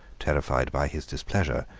terrified by his displeasure,